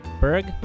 Berg